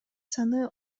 саны